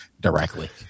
directly